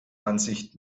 ansicht